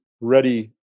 ready